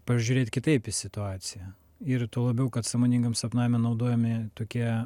pažiūrėt kitaip į situaciją ir tuo labiau kad sąmoningam sapnavime naudojami tokie